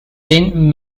been